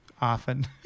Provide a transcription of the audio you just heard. often